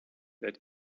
that